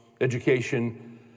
education